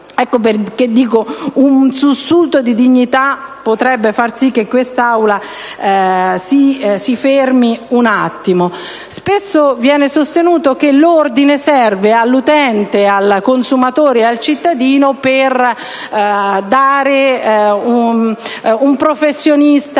un sussulto di dignità potrebbe far sì che l'Assemblea si fermi un attimo. Spesso viene sostenuto che l'ordine professionale serve all'utente, al consumatore e al cittadino per avere dei professionisti